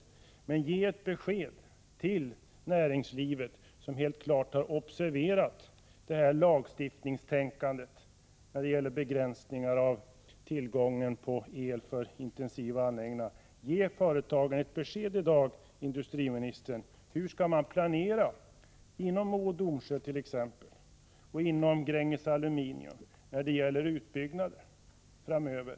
Men, industriministern, ge ett besked till näringslivet, som klart har observerat lagstiftningstänkandet när det gäller begränsningar av tillgången Prot. 1985/86:104 på el för elintensiva anläggningar! Ge företagen ett besked i dag! Hur skall 1 april 1986 man inom t.ex. Mo och Domsjö och inom Gränges Aluminium planera för utbyggnader framöver?